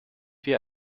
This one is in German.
wir